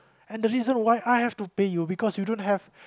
and the reason why I have to pay you because you don't have